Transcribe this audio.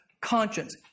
conscience